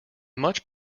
much